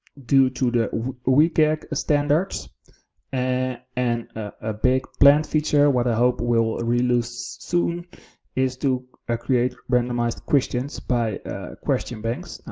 due to the week and standards and and a big planned feature, what i hope will release soon is to ah create randomized questions, by question banks,